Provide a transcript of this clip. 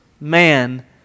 Man